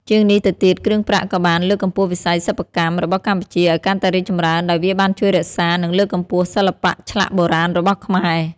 ជាងនេះទៅទៀត គ្រឿងប្រាក់ក៏បាន លើកកម្ពស់វិស័យសិប្បកម្ម របស់កម្ពុជាឲ្យកាន់តែរីកចម្រើន ដោយវាបានជួយរក្សា និងលើកកម្ពស់សិល្បៈឆ្លាក់បុរាណរបស់ខ្មែរ